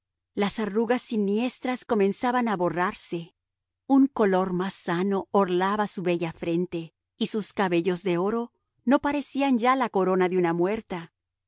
las arrugas siniestras comenzaban a borrarse un color más sano orlaba su bella frente y sus cabellos de oro no parecían ya la corona de una muerta